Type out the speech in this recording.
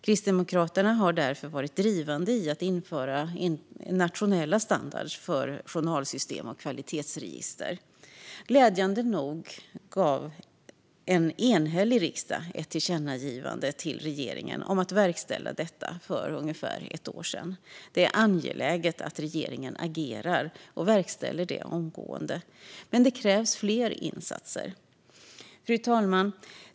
Kristdemokraterna har därför varit drivande i att införa nationella standarder för journalsystem och kvalitetsregister. Glädjande nog gav en enhällig riksdag ett tillkännagivande till regeringen om att verkställa detta för ungefär ett år sedan. Det är angeläget att regeringen agerar och verkställer det omgående. Men det krävs fler insatser. Fru talman!